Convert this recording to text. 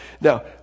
Now